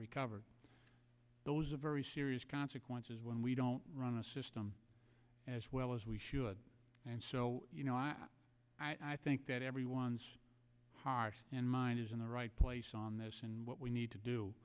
recovered those a very serious consequences when we don't run the system as well as we should and so you know i i think that everyone's heart and mind is in the right place on this and what we need to do